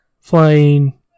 flying